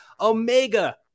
Omega